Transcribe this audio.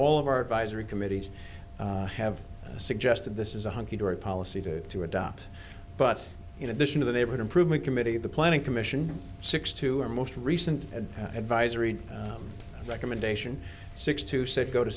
all of our advisors committees have suggested this is a hunky dory policy due to adopt but in addition to the neighborhood improvement committee of the planning commission six to our most recent and advisory recommendation six to six go to